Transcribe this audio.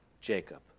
Jacob